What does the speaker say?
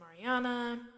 mariana